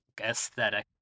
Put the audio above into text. aesthetic